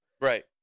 Right